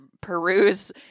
peruse